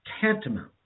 tantamount